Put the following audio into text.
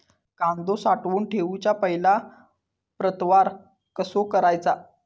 कांदो साठवून ठेवुच्या पहिला प्रतवार कसो करायचा?